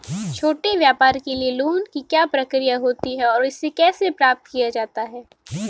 छोटे व्यापार के लिए लोंन की क्या प्रक्रिया होती है और इसे कैसे प्राप्त किया जाता है?